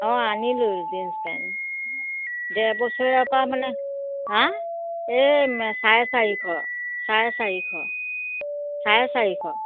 অ' আনিলো jeans pant ডেৰ বছৰৰ পৰা মানে হা এই চাৰে চাৰিশ চাৰে চাৰিশ চাৰে চাৰিশ